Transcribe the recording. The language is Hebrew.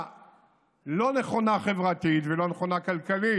לא נכונה חברתית ולא נכונה כלכלית.